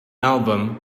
album